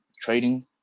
trading